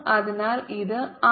അതിനാൽ ഇത് 6